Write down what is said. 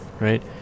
right